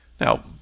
Now